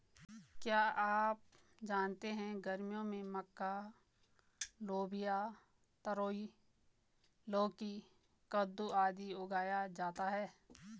क्या आप जानते है गर्मियों में मक्का, लोबिया, तरोई, लौकी, कद्दू, आदि उगाया जाता है?